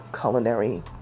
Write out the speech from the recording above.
culinary